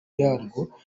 yarwo